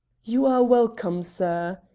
you are welcome, sir,